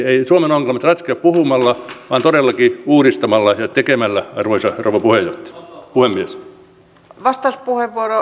eivät suomen ongelmat ratkea puhumalla vaan todellakin uudistamalla ja tekemällä arvoisa rouva puhemies